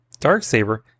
Darksaber